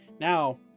now